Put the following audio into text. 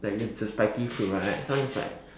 like the it's a spiky fruit right someone just like